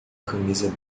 camisa